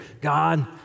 God